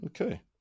Okay